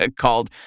called